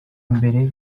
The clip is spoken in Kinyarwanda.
mbere